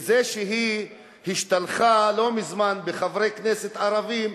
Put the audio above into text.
בזה שהיא השתלחה לא מזמן בחברי כנסת ערבים,